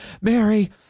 Mary